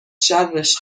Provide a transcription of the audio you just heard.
شرش